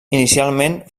inicialment